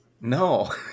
No